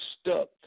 stuck